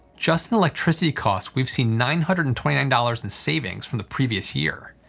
just in electricity costs we've seen nine hundred and twenty nine dollars in savings from the previous year,